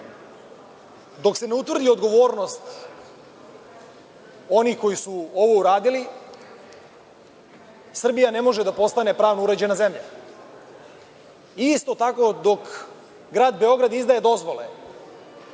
se ne utvrdi odgovornost oni koji su ovo uradili, Srbija ne može da postane pravno uređena zemlja. Isto tako dok Grad Beograd izdaje dozvole,